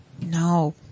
No